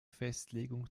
festlegung